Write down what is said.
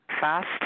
fast